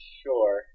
sure